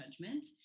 judgment